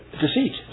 deceit